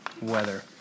weather